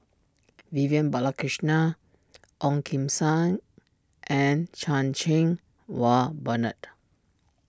Vivian Balakrishnan Ong Kim Seng and Chan Cheng Wah Bernard